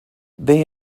they